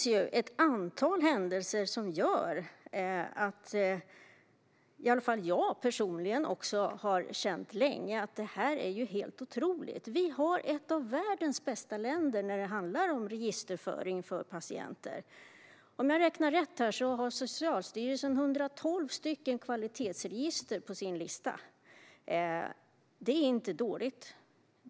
Ett antal händelser gör att i alla fall jag personligen länge har känt att detta är helt otroligt. Vi är ett av världens bästa länder när det handlar om registerföring för patienter. Om jag räknar rätt har Socialstyrelsen 112 kvalitetsregister på sin lista. Det är inte dåligt.